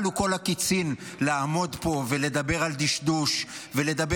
כלו כל הקיצין לעמוד פה ולדבר על דשדוש ולדבר